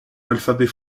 l’alphabet